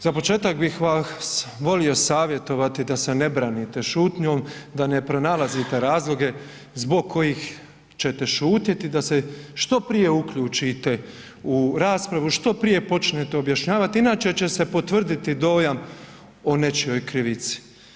Za početak bih vas volio savjetovati da se ne branite šutnjom, da ne pronalazite razloge zbog kojih ćete šutiti i da se što prije uključite u raspravu, što prije počnete objašnjavati, inače će se potvrditi dojam o nečijoj krivici.